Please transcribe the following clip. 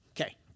okay